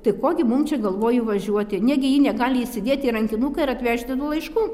tai ko gi mum čia galvoju važiuoti negi ji negali įsidėti į rankinuką ir atvežti tų laiškų